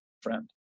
friend